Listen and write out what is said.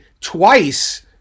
twice